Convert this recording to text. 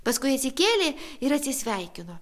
paskui atsikėlė ir atsisveikino